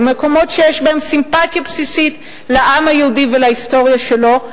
למקומות שיש בהם סימפתיה בסיסית לעם היהודי ולהיסטוריה שלו,